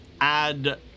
add